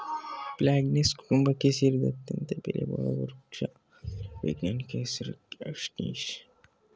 Fagaceae ಕುಟುಂಬಕ್ಕೆ ಸೇರಿದ ಅತ್ಯಂತ ಬೆಲೆಬಾಳುವ ವೃಕ್ಷ ಇದ್ರ ವೈಜ್ಞಾನಿಕ ಹೆಸರು ಕ್ಯಾಸ್ಟಾನಿಯ